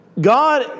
God